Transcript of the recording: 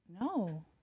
No